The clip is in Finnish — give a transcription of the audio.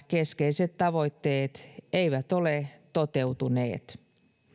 keskeiset tavoitteet eivät ole toteutuneet